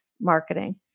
marketing